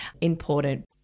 important